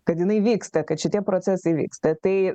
kad jinai vyksta kad šitie procesai vyksta tai